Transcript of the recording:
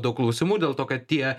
daug klausimų dėl to kad tie